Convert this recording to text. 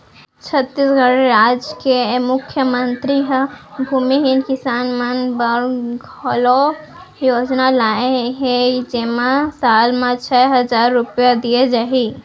छत्तीसगढ़ राज के मुख्यमंतरी ह भूमिहीन किसान मन बर घलौ योजना लाए हे जेमा साल म छै हजार रूपिया दिये जाही